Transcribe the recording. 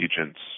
agents